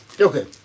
Okay